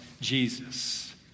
Jesus